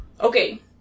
okay